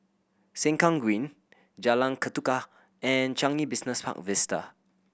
Sengkang Green Jalan Ketuka and Changi Business Park Vista